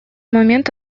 момент